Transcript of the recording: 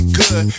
good